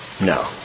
No